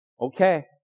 Okay